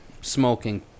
smoking